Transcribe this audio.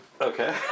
Okay